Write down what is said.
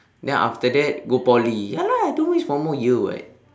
then after that go poly ya lah don't waste one more year [what]